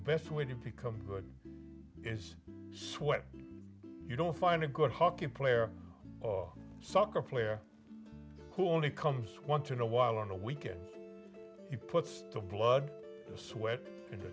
best way to come is sweat you don't find a good hockey player or soccer player who only comes once in a while on a weekend he puts the blood sweat and